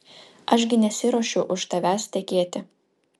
aš gi nesiruošiu už tavęs tekėti